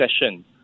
session